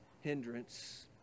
hindrance